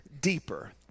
deeper